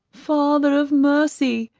father of mercy,